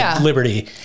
Liberty